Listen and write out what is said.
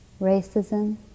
racism